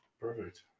Perfect